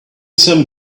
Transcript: some